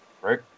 right